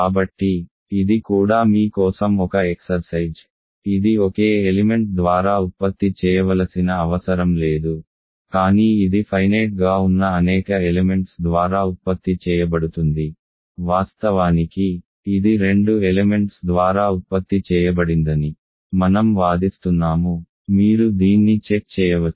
కాబట్టి ఇది కూడా మీ కోసం ఒక ఎక్సర్సైజ్ ఇది ఒకే ఎలిమెంట్ ద్వారా ఉత్పత్తి చేయవలసిన అవసరం లేదు కానీ ఇది ఫైనేట్ గా ఉన్న అనేక ఎలెమెంట్స్ ద్వారా ఉత్పత్తి చేయబడుతుంది వాస్తవానికి ఇది రెండు ఎలెమెంట్స్ ద్వారా ఉత్పత్తి చేయబడిందని మనం వాదిస్తున్నాము మీరు దీన్ని చెక్ చేయవచ్చు